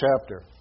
chapter